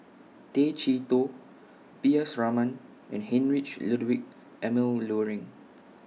Tay Chee Toh P S Raman and Heinrich Ludwig Emil Luering